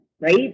right